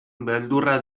beldurra